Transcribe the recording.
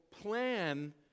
plan